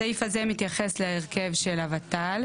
הסעיף הזה מתייחס להרכב של הוות"ל,